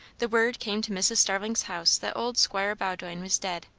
the word came to mrs. starling's house that old squire bowdoin was dead.